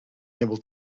able